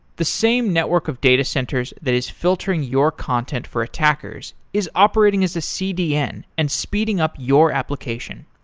the same network of data centers that is filtering your content for attackers is operating as a cdn and speeding up your application.